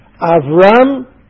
Avram